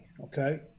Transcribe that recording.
Okay